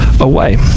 away